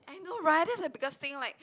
I know right that's like the biggest thing like